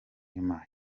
nyuma